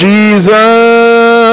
Jesus